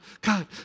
god